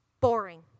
boring